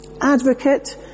Advocate